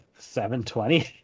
720